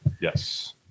Yes